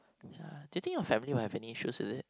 ya do you think your family will have any issues with it